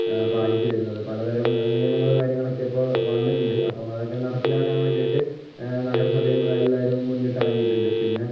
പാലിച്ചു വരുന്നത് പലതരം നിയമങ്ങള് കാര്യങ്ങളൊക്കെ ഇപ്പം വന്നിട്ടുണ്ട് അപ്പം അതൊക്കെ നടപ്പിലാക്കാൻ വേണ്ടിയിട്ട് നഗരസഭയും എല്ലാവരും മുന്നിട്ട് ഇറങ്ങിയിട്ടുണ്ട് പിന്നെ